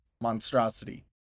monstrosity